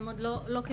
הם עוד לא קיבלו,